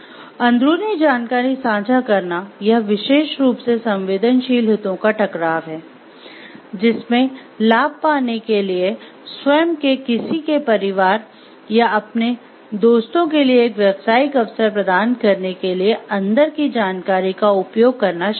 अंदरूनी जानकारी साझा करना यह विशेष रूप से संवेदनशील हितों का टकराव है जिसमें लाभ पाने के लिए स्वयं के किसी के परिवार या अपने दोस्तों के लिए एक व्यावसायिक अवसर प्रदान करने के लिए अंदर की जानकारी का उपयोग करना शामिल है